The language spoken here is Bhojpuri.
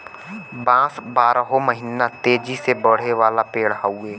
बांस बारहो महिना तेजी से बढ़े वाला पेड़ हउवे